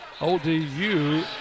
ODU